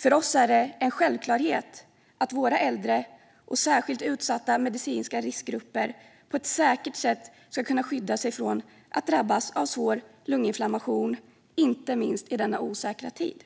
För oss är det en självklarhet att våra äldre och medicinskt särskilt utsatta riskgrupper på ett säkert sätt ska kunna skydda sig från att drabbas av svår lunginflammation, inte minst i denna osäkra tid.